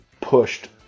pushed